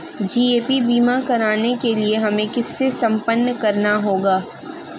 GAP बीमा कराने के लिए हमें किनसे संपर्क करना होगा?